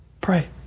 Pray